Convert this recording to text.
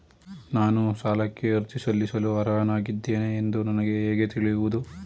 ನಾನು ಸಾಲಕ್ಕೆ ಅರ್ಜಿ ಸಲ್ಲಿಸಲು ಅರ್ಹನಾಗಿದ್ದೇನೆ ಎಂದು ನನಗೆ ಹೇಗೆ ತಿಳಿಯುವುದು?